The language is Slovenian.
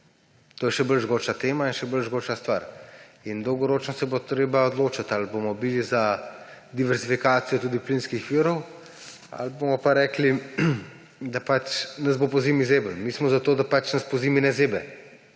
To je še bolj žgoča tema in še bolj žgoča stvar. Dolgoročno se bo treba odločiti, ali bomo za diverzifikacijo tudi plinskih virov ali bomo rekli, da nas bo pozimi zeblo. Mi smo za to, da nas pozimi ne zebe,